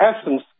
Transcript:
essence